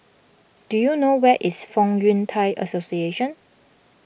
do you know where is Fong Yun Thai Association